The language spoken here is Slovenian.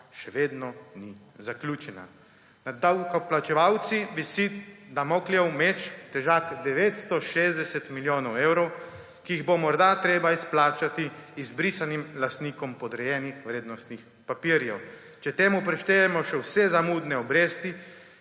še vedno ni zaključena. Nad davkoplačevalci visi Damoklejev meč, težak 960 milijonov evrov, ki jih bo morda treba izplačati izbrisanim lastnikom podrejenih vrednostnih papirjev. Če temu prištejemo še vse zamudne obresti,